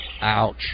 Ouch